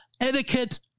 etiquette